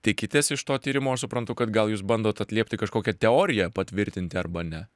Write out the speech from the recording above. tikitės iš to tyrimo aš suprantu kad gal jūs bandot atliepti kažkokią teoriją patvirtinti arba ne